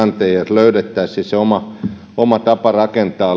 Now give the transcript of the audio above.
löydettäisiin se oma oma tapa rakentaa